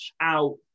out